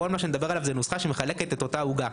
כל מה שאני מדבר עליו זו נוסחה שמחלקת את אותה עוגה.